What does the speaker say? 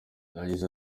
yagize